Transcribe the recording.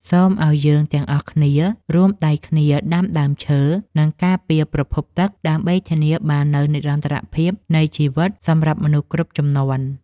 សូមឱ្យយើងទាំងអស់គ្នារួមដៃគ្នាដាំដើមឈើ និង ការពារប្រភពទឹកដើម្បីធានាបាននូវនិរន្តរភាពនៃជីវិតសម្រាប់មនុស្សគ្រប់ជំនាន់។